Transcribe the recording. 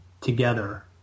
together